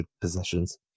possessions